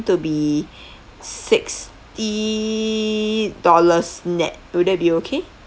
to be sixty dollars nett would that be okay